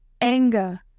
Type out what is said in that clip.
anger